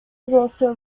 also